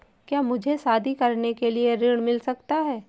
क्या मुझे शादी करने के लिए ऋण मिल सकता है?